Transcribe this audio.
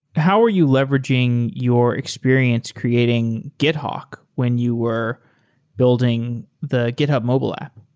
how are you leveraging your experience creating githawk when you were building the github mobile app?